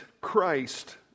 Christ